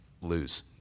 lose